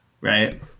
right